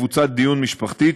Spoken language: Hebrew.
קבוצת דיון משפחתית,